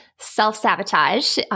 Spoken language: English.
self-sabotage